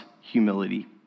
humility